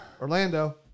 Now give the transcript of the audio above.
Orlando